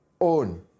own